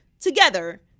together